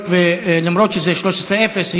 אומנם זה 13 לעומת אפס,